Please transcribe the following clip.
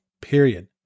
period